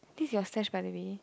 this your stash by the way